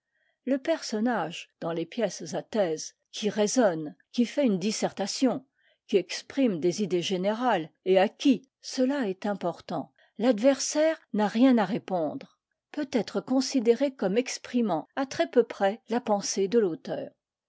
le personnage dans les pièces à thèse qui raisonne qui fait une dissertation qui exprime des idées générales et à qui cela est important l'adversaire n'a rien à répondre peut être considéré comme exprimant à très peu près la pensée de l'auteur